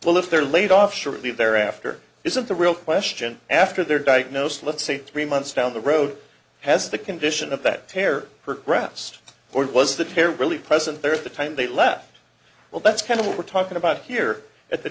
if they're laid off shortly thereafter isn't the real question after their diagnosis let's say three months down the road has the condition of that tear progressed what was the tear really present there at the time they left well that's kind of what we're talking about here at the